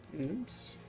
oops